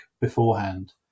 beforehand